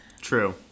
True